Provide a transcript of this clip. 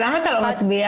יש הצעת חוק שיזם יזהר שי